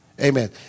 Amen